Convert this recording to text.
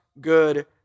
good